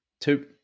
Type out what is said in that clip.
two